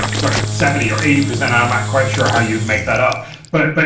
um sort of seventy or eighty percent i'm not quite sure how you'd make that up but but